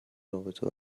رابطه